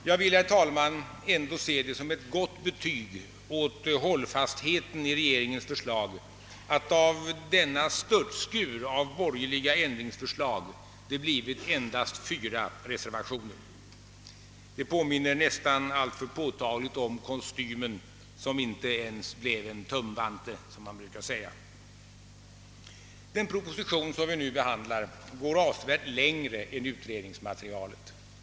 Jag vill, herr talman, ändå se det som ett gott betyg åt hållfastheten i regeringens förslag att det av denna störtskur av borgerliga ändringsförslag blivit endast fyra reservationer. Det påminner nästan alltför påtagligt om kostymen som inte ens blev en tumwvante, som det står i sagan. Den proposition som vi nu behandlar går asvsevärt längre än utredningsmaterialet.